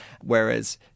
whereas